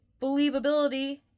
believability